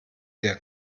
der